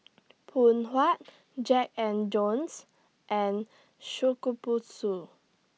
Phoon Huat Jack and Jones and Shokubutsu